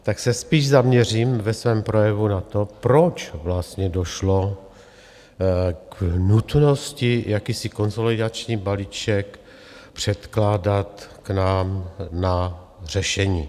Tak se spíš zaměřím ve svém projevu na to, proč vlastně došlo k nutnosti jakýsi konsolidační balíček předkládat nám k řešení.